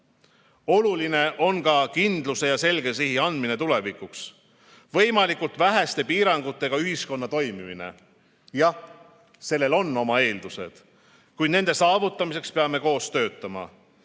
Oluline on ka kindluse ja selge sihi andmine tulevikuks. Võimalikult väheste piirangutega ühiskonna toimimiseks on omad eeldused, kuid nende saavutamiseks peame koos töötama.